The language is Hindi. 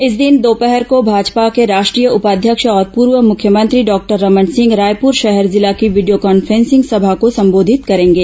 इसी दिन दोपहर को भाजपा के राष्ट्रीय उपाध्यक्ष और पूर्व मुख्यमंत्री डॉक्टर रमन सिंह रायपूर शहर जिला की वीडियो कॉन्फ्रेंसिंग सभा को संबोधित करेंगे